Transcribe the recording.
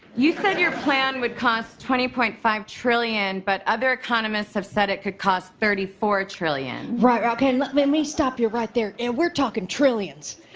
you said your plan would cost twenty point five trillion but other economists have said it could cost thirty four trillion right. ok. let me stop you right there. we're talking trillions.